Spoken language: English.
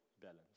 balance